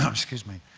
um excuse me.